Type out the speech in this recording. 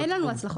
אין לנו הצלחות,